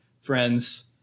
friends